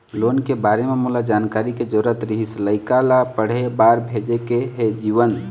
loan के बारे म मोला जानकारी के जरूरत रीहिस, लइका ला पढ़े बार भेजे के हे जीवन